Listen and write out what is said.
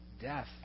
death